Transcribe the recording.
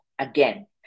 again